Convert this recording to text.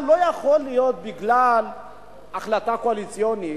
אבל לא יכול להיות שבגלל החלטה קואליציונית